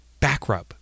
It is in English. Backrub